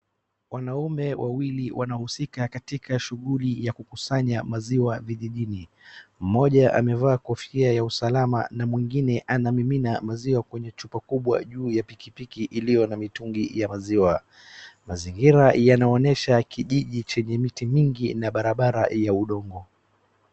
Wanaume wawili wanahusika katika shughuli ya kukusanya maziwa vijijini. Mmoja amevaa kofia ya usalama na mwingine anamimina maziwa kwenye chupa kubwa juu ya pikipiki iliyo na mkitungi ya maziwa. Mazingira yanaonyesha kijiji chenye miti mingi na barabara ya udongo.